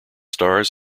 stars